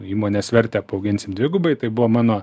įmonės vertę paauginsim dvigubai tai buvo mano